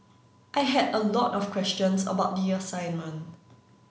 I had a lot of questions about the assignment